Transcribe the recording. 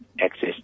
access